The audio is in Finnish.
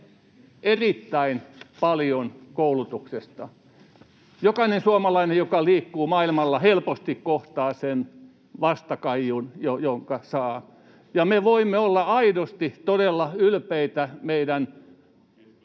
erittäin paljon koulutuksesta. Jokainen suomalainen, joka liikkuu maailmalla, helposti kohtaa sen vastakaiun, jonka saa. Me voimme olla aidosti todella ylpeitä meidän